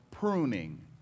pruning